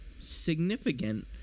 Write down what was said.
significant